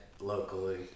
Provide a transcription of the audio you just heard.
locally